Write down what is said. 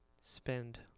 spend